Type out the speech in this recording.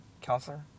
counselor